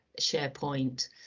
SharePoint